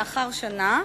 לאחר שנה,